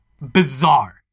bizarre